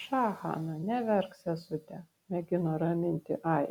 ša hana neverk sesute mėgino raminti ai